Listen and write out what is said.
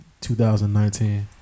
2019